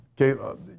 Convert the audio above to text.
okay